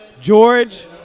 George